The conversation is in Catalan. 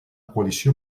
coalició